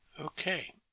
Okay